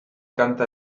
kanta